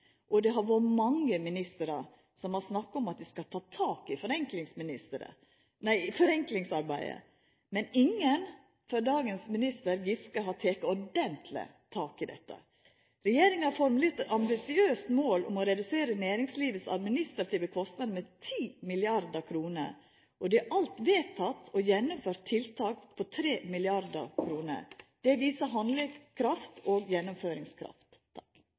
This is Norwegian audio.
Det har vore mange ministrar som har snakka om at dei skal ta tak i forenklingsarbeidet, men ingen – før dagens minister, Giske – har teke ordentleg tak i dette. Regjeringa har formulert eit ambisiøst mål om å redusera næringslivet sine administrative kostnader med 10 mrd. kr, og det er alt vedteke og gjennomført tiltak for 3 mrd. kr. Dette viser handlingskraft og gjennomføringskraft.